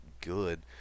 good